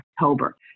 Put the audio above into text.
October